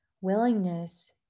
willingness